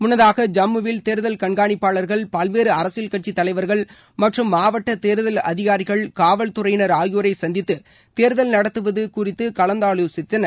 முன்னதாக ஜம்முவில் தேர்தல் கண்காணிப்பாளர்கள் பல்வேறு அரசியல் கட்சி தலைவர்கள் மற்றும் மாவட்ட தேர்தல் அதிகாரிகள் காவல்துறையினர் ஆகியோரை சந்தித்து தேர்தல் நடத்துவது கலந்தாவோசித்தனர்